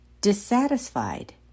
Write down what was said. dissatisfied